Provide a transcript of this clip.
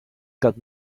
got